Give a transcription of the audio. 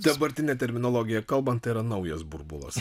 dabartine terminologija kalbant tai yra naujas burbulas